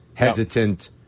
Hesitant